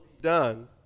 done